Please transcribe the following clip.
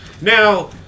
Now